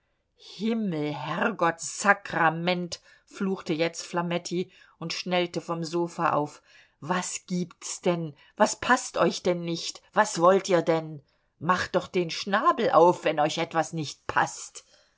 himmelherrgottsakrament fluchte jetzt flametti und schnellte vom sofa auf was gibt's denn was paßt euch denn nicht was wollt ihr denn macht doch den schnabel auf wenn euch etwas nicht paßt